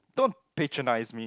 don't patronize me